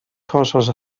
cossos